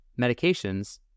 medications